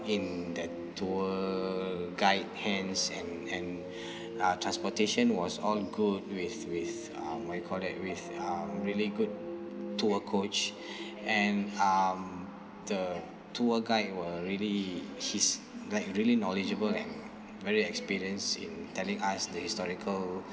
in that tour guide hands and and uh transportation was all good with with um what do you call that with um really good tour coach and um the tour guide were really he's like really knowledgeable and very experienced in telling us the historical